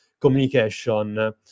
communication